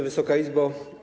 Wysoka Izbo!